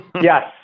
yes